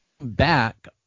back